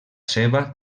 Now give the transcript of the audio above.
seva